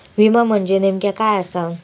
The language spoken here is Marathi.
विमा म्हणजे नेमक्या काय आसा?